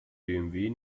bmw